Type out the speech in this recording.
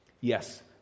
Yes